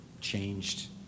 changed